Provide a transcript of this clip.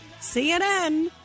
CNN